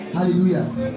Hallelujah